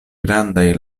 grandaj